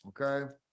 okay